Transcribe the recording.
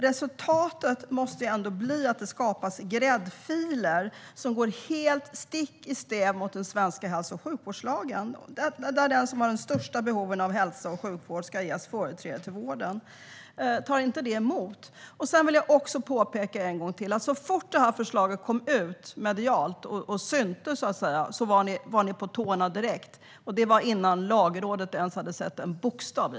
Resultatet måste ändå bli att det skapas gräddfiler som går stick i stäv med den svenska hälso och sjukvårdslagen, som säger att den som har de största behoven av hälso och sjukvård ska ges företräde till vården. Tar inte det emot? Så fort förslaget kom ut medialt och syntes var ni på tårna direkt. Det var innan Lagrådet ens hade sett en bokstav.